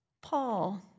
Paul